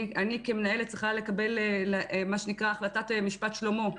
אני כמנהלת צריכה לקבל מה שנקרא החלטת משפט שלמה,